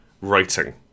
Writing